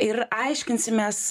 ir aiškinsimės